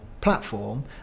platform